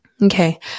Okay